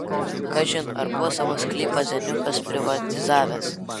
kažin ar buvo savo sklypą zeniukas privatizavęs